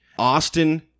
Austin